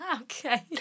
Okay